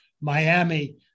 Miami